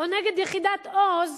או נגד יחידת "עוז"?